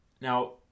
Now